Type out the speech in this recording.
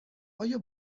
آیا